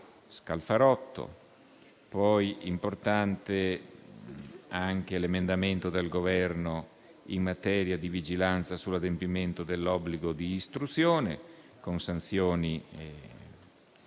Scalfarotto. È poi importante anche l'emendamento del Governo in materia di vigilanza sull'adempimento dell'obbligo di istruzione, con sanzioni